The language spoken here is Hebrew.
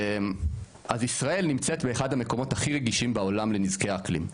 אז ישראל נמצאת באחד המקומות הרגישים בעולם לנזקי אקלים,